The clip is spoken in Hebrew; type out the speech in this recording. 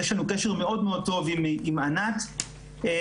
יש לנו קשר מאוד טוב עם ענת ממשרד